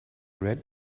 red